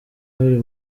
buri